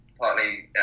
partly